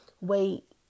wait